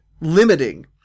limiting